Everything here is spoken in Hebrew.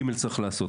ג' צריך לעשות.